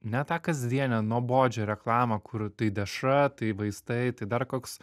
ne tą kasdienę nuobodžią reklamą kur tai dešra tai vaistai tai dar koks